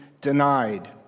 denied